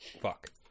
Fuck